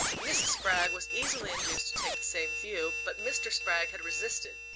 mrs. spragg was easily induced to take the same view, but mr. spragg had resisted,